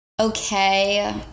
okay